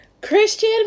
Christian